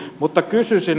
mutta kysyisin